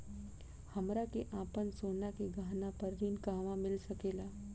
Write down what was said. हमरा के आपन सोना के गहना पर ऋण कहवा मिल सकेला?